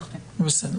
נכון.